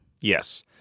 Yes